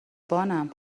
بانم